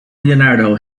leonardo